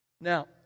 Now